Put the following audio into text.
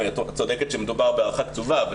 את צודקת שמדובר בהארכה קצובה.